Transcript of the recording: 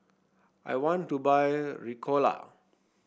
I want to buy Ricola